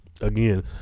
again